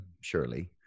surely